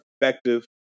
effective